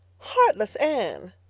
heartless anne!